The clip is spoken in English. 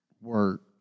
work